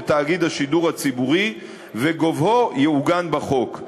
תאגיד השידור הציבורי וגובהו יעוגן בחוק.